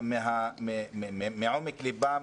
דיברו מעומק ליבם.